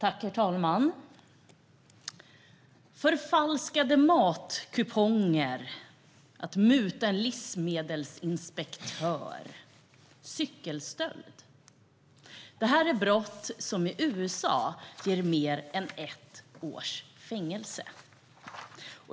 Herr talman! Förfalskade matkuponger, att muta en livsmedelsinspektör och cykelstöld är brott som i USA ger mer än ett års fängelse.